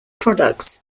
products